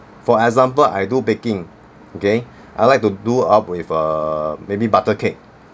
for example I do baking okay I'd like to do up with uh maybe butter cake